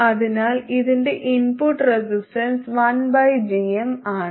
അതിനാൽ ഇതിന്റെ ഇൻപുട്ട് റെസിസ്റ്റൻസ്1gm ആണ്